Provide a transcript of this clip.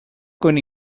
con